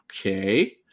Okay